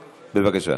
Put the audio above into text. בבקשה,